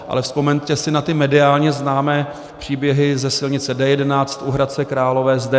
Ale vzpomeňte si na mediálně známé příběhy ze silnice D11 u Hradce Králové, z D3.